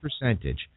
percentage